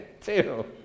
Two